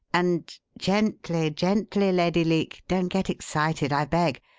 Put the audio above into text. and gently, gently, lady leake don't get excited, i beg.